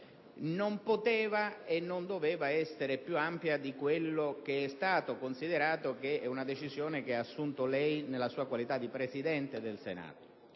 non poteva e non doveva essere più ampia di quello che è stato considerato che è una decisione che ha assunto nella sua qualità di Presidente del Senato,